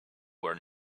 were